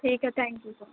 ٹھیک ہے thank you